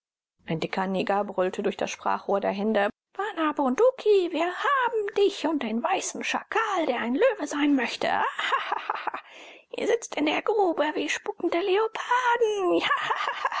ein dicker neger brüllte durch das sprachrohr der hände bana bunduki wir haben dich und den weißen schakal der ein löwe sein möchte hahahaha ihr sitzt in der grube wie spuckende leoparden